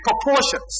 proportions